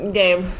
game